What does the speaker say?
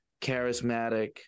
charismatic